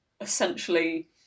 essentially